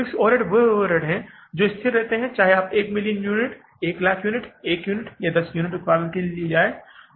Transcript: fixed overhead वे overheads हैं जो स्थिर रहते हैं चाहे आप 1 million unit 1 lakh unit 1 unit या 10 यूनिट के उत्पादन के लिए जाते हैं वे बदलने नहीं जा रहे हैं